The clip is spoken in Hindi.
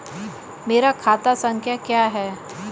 मेरा खाता संख्या क्या है?